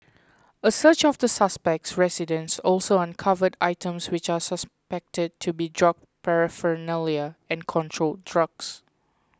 a search of the suspect's residence also uncovered items which are suspected to be drug paraphernalia and controlled drugs